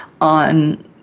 on